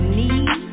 need